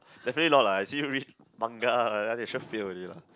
definitely not lah I see you read manga sure fail already lah